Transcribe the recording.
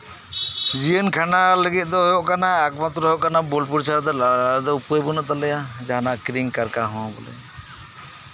ᱡᱤᱭᱚᱱ ᱠᱷᱟᱸᱰᱟᱣ ᱫᱚ ᱦᱩᱭᱩᱜ ᱠᱟᱱᱟ ᱮᱠᱢᱟᱛᱨᱚ ᱫᱚ ᱦᱩᱭᱩᱜ ᱠᱟᱱᱟ ᱟᱞᱮ ᱫᱚ ᱵᱳᱞᱯᱩᱨ ᱪᱷᱟᱰᱟ ᱫᱚ ᱚᱠᱟ ᱦᱚᱸ ᱵᱟᱱᱩᱜ ᱛᱟᱞᱮᱭᱟ ᱡᱟᱦᱟᱸᱱᱟᱜ ᱠᱤᱨᱤᱧ ᱠᱟᱨᱠᱟ ᱦᱚᱸ ᱵᱚᱞᱮ